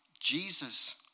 Jesus